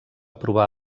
provar